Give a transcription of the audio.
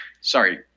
Sorry